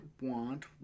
want